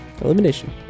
Elimination